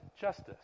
justice